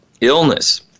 illness